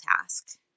task